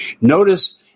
notice